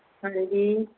ਹਾਂਜੀ